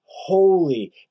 holy